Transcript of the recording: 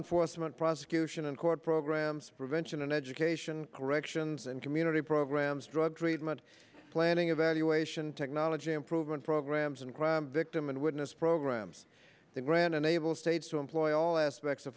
enforcement prosecution and court programs prevention and education corrections and community programs drug treatment planning evaluation technology improvement programs and crime victim and witness programs that grant an able states to employ all aspects of